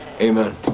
Amen